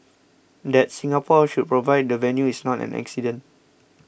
that Singapore should provide the venue is not an accident